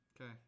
Okay